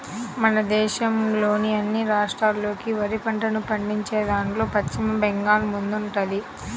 మన దేశంలోని అన్ని రాష్ట్రాల్లోకి వరి పంటను పండించేదాన్లో పశ్చిమ బెంగాల్ ముందుందంట